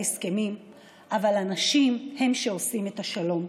הסכמים אבל אנשים הם שעושים את השלום.